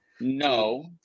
no